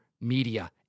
media